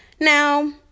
Now